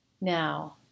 Now